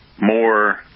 more